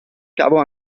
cavo